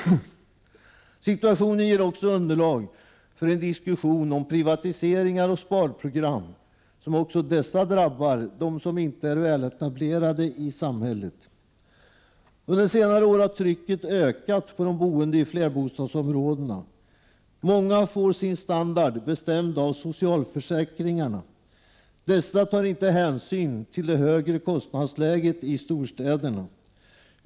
Situationen ger också underlag för en diskussion om privatiseringar och sparprogram som också dessa drabbar dem som inte är väletablerade i samhället. Under senare år har trycket ökat på dem som bor i flerbostadsområdena. Många får sin standard bestämd av socialförsäkringarna. Dessa tar inte hänsyn till det högre kostnadsläget i storstäderna.